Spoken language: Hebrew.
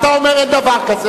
אתה אומר: אין דבר כזה.